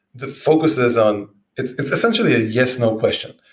the focus is on it's it's essentially a yes no question.